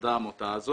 נוסדה העמותה.